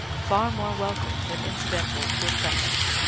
far more welcome than incidental to a preface.